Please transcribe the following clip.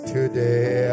Today